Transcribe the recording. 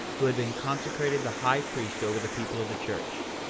who had been consecrated the high priest over the people of the church,